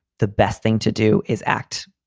the best thing to do is act.